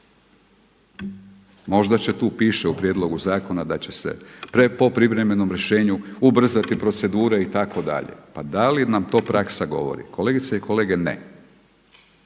Možda će tu, piše u prijedlogu zakona da će se po privremenom rješenju ubrzati procedura itd. Pa da li nam to praksa govori? Kolegice i kolege ne.